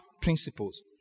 principles